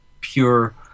pure